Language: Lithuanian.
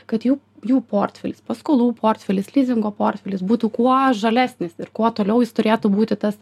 kad jų jų portfelis paskolų portfelis lizingo portfelis būtų kuo žalesnis ir kuo toliau jis turėtų būti tas